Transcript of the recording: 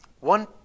One